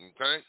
Okay